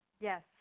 Yes